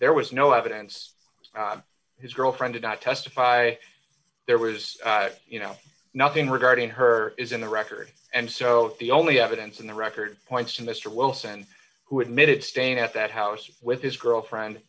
there was no evidence his girlfriend did not testify there was you know nothing regarding her is in the record and so the only evidence in the record points to mister wilson who admitted staying at that house with his girlfriend